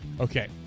Okay